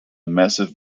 massive